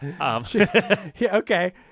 Okay